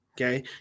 Okay